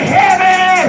heaven